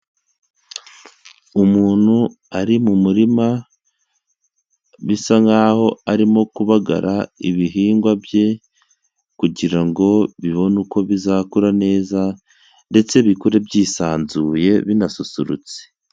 Umuntu ari mu murima, bisa nkaho arimo kubagara ibihingwa bye kugira ngo bibone uko bizakura neza ndetse bikure byisanzuye binasusurutse.